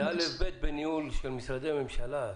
זה אל"ף-בי"ת בניהול של משרדי הממשלה.